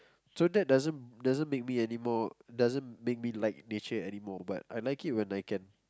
so that doesn't doesn't make me anymore doesn't make me like nature anymore but I like it when I can